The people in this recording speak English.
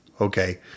okay